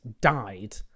died